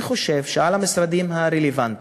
אני חושב שעל המשרדים הרלוונטיים,